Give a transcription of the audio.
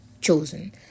chosen